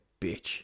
bitch